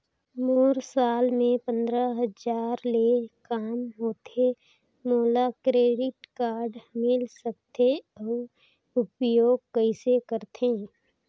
मोर साल मे पंद्रह हजार ले काम होथे मोला क्रेडिट कारड मिल सकथे? अउ उपयोग कइसे करथे?